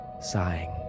sighing